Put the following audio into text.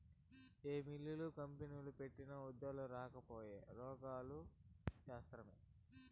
ఏ మిల్లులు, కంపెనీలు పెట్టినా ఉద్యోగాలు రాకపాయె, రోగాలు శాస్తాయే